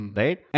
right